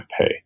pay